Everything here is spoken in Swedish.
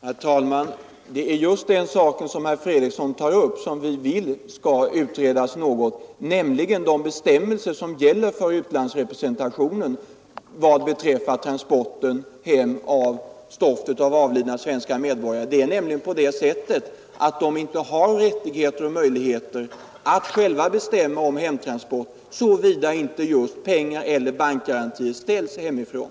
Herr talman! Det är just den sak som herr Fredriksson tar upp som vi vill skall utredas något, alltså de bestämmelser som gäller för utlandsrepresentationen vad beträffar hemtransport av stoftet av avlidna svenska medborgare. Det är nämligen på det sättet att utlandsrepresentationen inte har rättigheter och möjligheter att själv bestämma om hemtransport såvida inte pengar sänds eller bankgaranti ställs hemifrån.